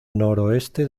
noroeste